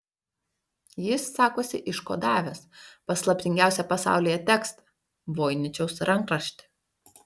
jis sakosi iškodavęs paslaptingiausią pasaulyje tekstą voiničiaus rankraštį